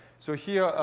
so here,